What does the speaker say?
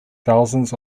thousands